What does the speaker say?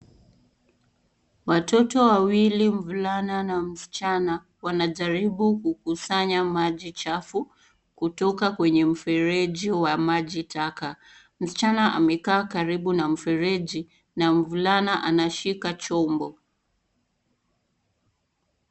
Watoto wawili, mvulana na msichana wanajaribu kukusanya maji chafu kutoka kwenye mfereji wa maji taka. Msichana amekaa karibu na mfereji na mvulana anashika chombo.